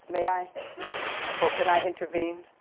may i or can i intervene?